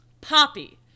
Poppy